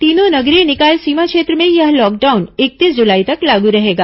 तीनों नगरीय निकाय सीमा क्षेत्र में यह लॉकडाउन इकतीस जुलाई तक लागू रहेगा